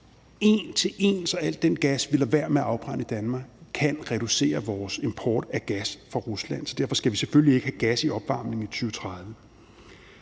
En til en kan al den gas, vi lader være med at afbrænde Danmark, reducere vores import af gas fra Rusland, så derfor skal vi selvfølgelig ikke have gas i opvarmningen i 2030.